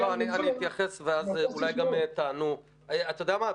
אתה יודע מה?